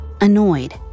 Annoyed